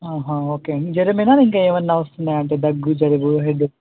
okay అండి జ్వరమైనా ఇంకా ఏమైనా వస్తున్నాయా అంటే దగ్గు జలుబు హెడేక్